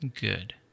good